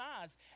eyes